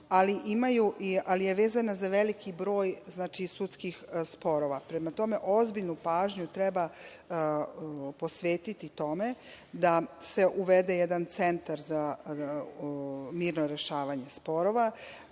ali je vezano za veliki broj, znači sudskih sporova. Prema tome, ozbiljnu pažnju treba posvetiti tome da se uvede jedan centar za mirno rešavanje sporova,